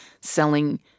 selling